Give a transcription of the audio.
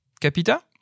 capita